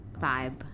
vibe